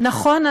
נכון,